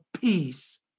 peace